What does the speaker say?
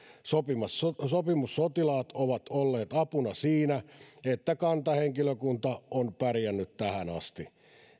sopimussotilaat sopimussotilaat ovat olleet apuna siinä että kantahenkilökunta on pärjännyt tähän asti